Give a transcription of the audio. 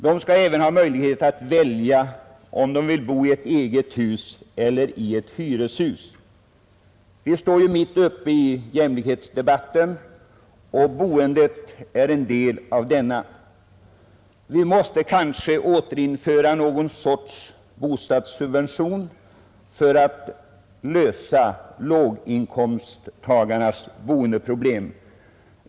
De skall även ha möjligheter att välja om de vill bo i ett eget hus eller i ett hyreshus. Vi står ju mitt uppe i jämlikhetsdebatten, och boendet är en del av denna. Vi måste kanske återinföra någon sorts bostadssubvention för att lösa låginkomsttagarnas bostadsproblem.